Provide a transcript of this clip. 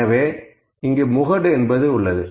எனவே இங்கு முகடு உள்ளது